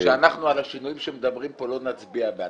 שאנחנו על השינויים שמדברים פה לא נצביע בעד.